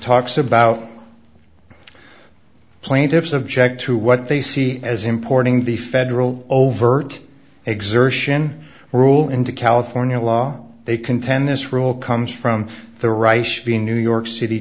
talks about the plaintiffs object to what they see as importing the federal overt exertion rule into california law they contend this rule comes from the rice being new york city